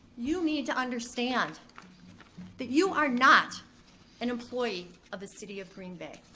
you need to understand that you are not an employee of the city of green bay.